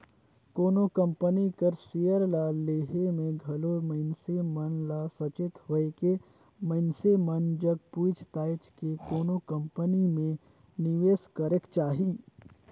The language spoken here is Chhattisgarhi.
कोनो कंपनी कर सेयर ल लेहे में घलो मइनसे मन ल सचेत होएके मइनसे मन जग पूइछ ताएछ के कोनो कंपनी में निवेस करेक चाही